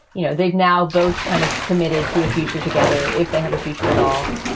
you know, they've now both kind of committed to a future together if they have a future at all.